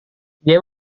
dia